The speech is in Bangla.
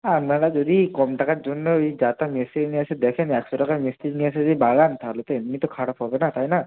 আপনারা যদি কম টাকার জন্য ওই যা তা মিস্ত্রি নিয়ে এসে দেখেন একশো টাকার মিস্ত্রি নিয়ে এসে যদি বাগান তাহলে তো এমনি তো খারাপ হবে না তাই না